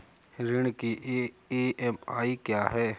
ऋण की ई.एम.आई क्या है?